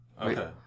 Okay